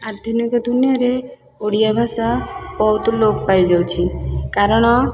ଆଧୁନିକ ଦୁନିଆରେ ଓଡ଼ିଆ ଭାଷା ବହୁତ୍ ଲୋପ୍ ପାଇଯାଉଛି କାରଣ